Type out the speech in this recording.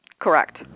Correct